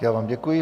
Já vám děkuji.